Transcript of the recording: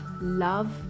love